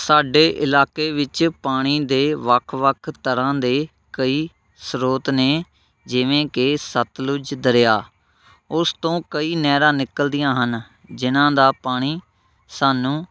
ਸਾਡੇ ਇਲਾਕੇ ਵਿੱਚ ਪਾਣੀ ਦੇ ਵੱਖ ਵੱਖ ਤਰ੍ਹਾਂ ਦੇ ਕਈ ਸਰੋਤ ਨੇ ਜਿਵੇਂ ਕਿ ਸਤਲੁਜ ਦਰਿਆ ਉਸ ਤੋਂ ਕਈ ਨਹਿਰਾਂ ਨਿਕਲਦੀਆਂ ਹਨ ਜਿਹਨਾਂ ਦਾ ਪਾਣੀ ਸਾਨੂੰ